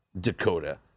Dakota